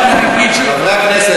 חברי הכנסת,